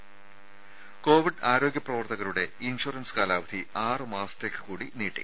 ത കോവിഡ് ആരോഗ്യ പ്രവർത്തകരുടെ ഇൻഷുറൻസ് കാലാവധി ആറു മാസത്തേക്ക് കൂടി നീട്ടി